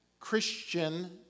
Christian